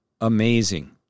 amazing